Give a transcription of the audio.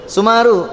Sumaru